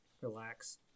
relax